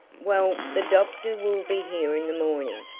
well, the doctor will be here in the morning,